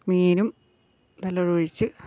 മീനും ഇതെല്ലാം ഒഴിച്ച്